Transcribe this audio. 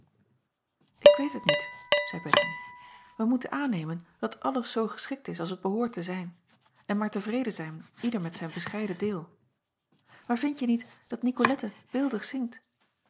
k weet het niet zeî ettemie wij moeten aannemen dat alles zoo geschikt is als het behoort te zijn en maar tevreden zijn ieder met zijn bescheiden deel aar vindje niet dat icolette beeldig zingt